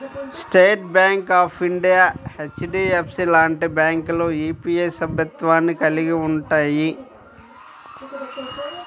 state Bank of India, HDFC లాంటి బ్యాంకులు UPI సభ్యత్వాన్ని కలిగి ఉంటయ్యి